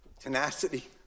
tenacity